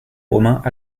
romains